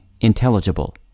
intelligible